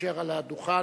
יישאר על הדוכן,